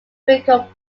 become